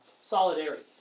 solidarity